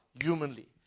humanly